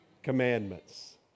Commandments